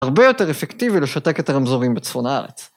הרבה יותר אפקטיבי לשתק את הרמזורים בצפון הארץ.